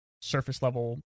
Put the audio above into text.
surface-level